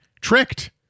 tricked